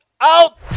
Out